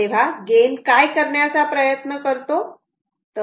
तेव्हा गेन काय करण्याचा प्रयत्न करतो